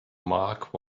mark